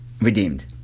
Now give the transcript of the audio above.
redeemed